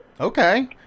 Okay